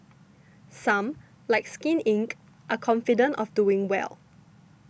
some like Skin Inc are confident of doing well